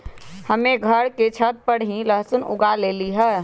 हम्मे घर के छत पर ही लहसुन उगा लेली हैं